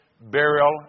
burial